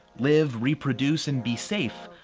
live, reproduce, and be safe.